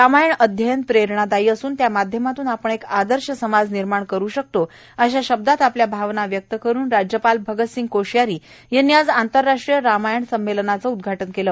रामायण अध्ययन प्रेरणादायी असून त्या माध्यमातून आपण एक आदर्श समाज निर्माण करु शकतो अशा शब्दात आपल्या भावना व्यक्त करुन राज्यपाल भगत सिंह कोश्यारी यांनी आज आंतरराष्ट्रीय रामायण संमेलनाचे उदघाटन केले